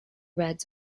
reds